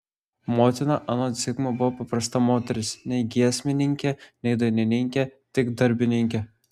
motina anot zigmo buvo paprasta moteris nei giesmininkė nei dainininkė tik darbininkė